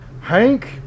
Hank